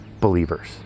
believers